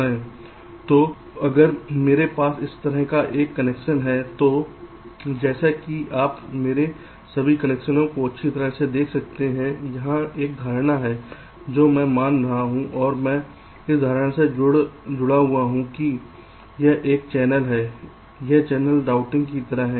तो अगर मेरे पास इस तरह का एक कनेक्शन है तो जैसा कि आप मेरे सभी कनेक्शनों को अच्छी तरह से देख सकते हैं यहां एक धारणा है जो मैं बना रहा हूं और मैं इस धारणा से जुड़ा हूं कि जब एक चैनल में यह चैनल रूटिंग की तरह है